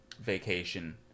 vacation